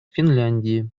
финляндии